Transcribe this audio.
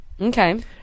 Okay